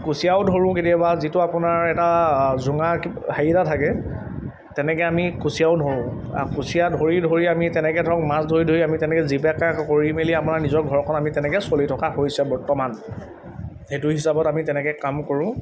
কুচিয়াও ধৰোঁ কেতিয়াবা যিটো আপোনাৰ এটা জোঙা হেৰি থাকে তেনেকৈ আমি কুঁচিয়াও ধৰোঁ আৰু কুঁচিয়া ধৰি ধৰি আমি তেনেকৈ ধৰক মাছ ধৰি ধৰি আমি তেনেকৈ জীৱিকা কৰি মেলি আপোনাৰ নিজৰ ঘৰখন আমি তেনেকৈ চলি থকা হৈছে বৰ্তমান সেইটো হিচাপত আমি তেনেকৈ কাম কৰোঁ